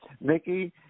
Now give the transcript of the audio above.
Mickey